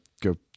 go